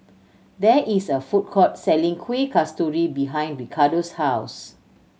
there is a food court selling Kueh Kasturi behind Ricardo's house